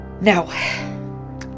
Now